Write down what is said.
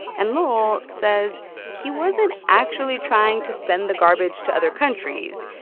and lowell says he wasn't actually trying to send the garbage to other countries.